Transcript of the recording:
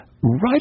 right